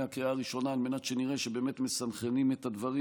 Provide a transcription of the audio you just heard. הקריאה הראשונה על מנת שנראה שבאמת מסנכרנים את הדברים.